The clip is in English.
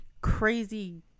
crazy